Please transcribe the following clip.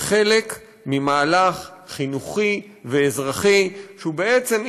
זה חלק ממהלך חינוכי ואזרחי שהוא בעצם,